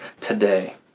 today